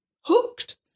hooked